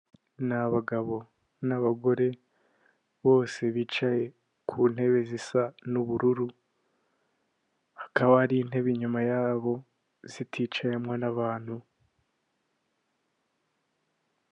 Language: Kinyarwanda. Ni abagabo n'abagore bose bicaye ku ntebe zisa n'uburu, hakaba ari intebe inyuma yabo ziticayemo n'abantu.